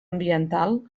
ambiental